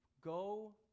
go